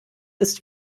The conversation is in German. ist